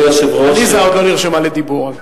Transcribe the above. עליזה עוד לא נרשמה לדיבור.